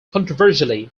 controversially